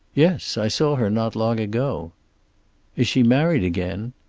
yes. i saw her not long ago. is she married again?